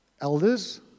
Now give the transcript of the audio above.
Elders